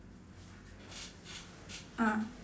uh